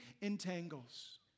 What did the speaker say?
entangles